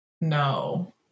No